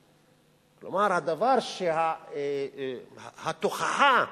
כלומר, התוכחה בקוראן,